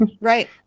Right